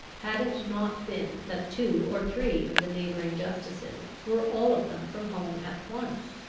had it not been that two or three of the neighbouring justices were all of them from home at once,